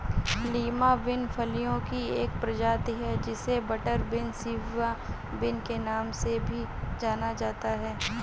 Lima bean फलियों की एक प्रजाति है जिसे बटरबीन, सिवा बिन के नाम से भी जाना जाता है